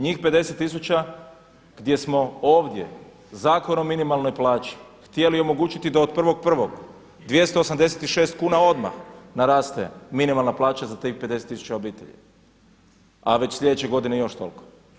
Njih 50000 gdje smo ovdje Zakon o minimalnoj plaći htjeli omogućiti da od 1.1. 286 kuna odmah naraste minimalna plaća za tih 50000 obitelji, a već sljedeće godine još toliko.